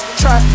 try